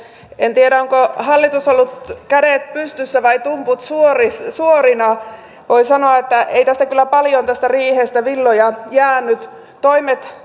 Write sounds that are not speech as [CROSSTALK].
en tiedä onko hallitus ollut kädet pystyssä vai tumput suorina suorina voi sanoa että ei tästä riihestä kyllä paljon villoja jäänyt toimet [UNINTELLIGIBLE]